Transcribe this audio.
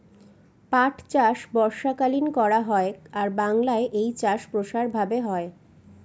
পাট চাষ বর্ষাকালীন করা হয় আর বাংলায় এই চাষ প্রসার ভাবে হয়